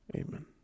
amen